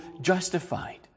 justified